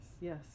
yes